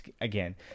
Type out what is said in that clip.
again